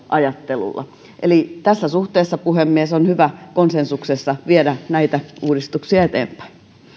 ajattelulla eli tässä suhteessa puhemies on hyvä konsensuksessa viedä näitä uudistuksia eteenpäin